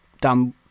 done